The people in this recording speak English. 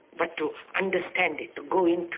but to understand it, to go into